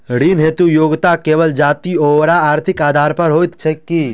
ऋण हेतु योग्यता केवल जाति आओर आर्थिक आधार पर होइत छैक की?